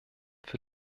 für